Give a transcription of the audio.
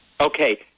Okay